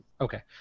Okay